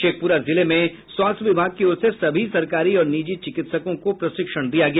शेखपुरा जिले में स्वास्थ्य विभाग की ओर से सभी सरकारी और निजी चिकित्सकों को प्रशिक्षण दिया गया